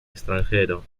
extranjero